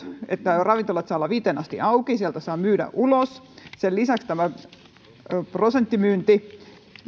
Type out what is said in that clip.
että ravintolat saavat olla viiteen asti auki ja sieltä saa myydä ulos sen lisäksi on tämä prosenttimyynti